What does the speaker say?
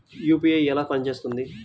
UPI ఎలా పనిచేస్తుంది?